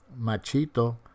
Machito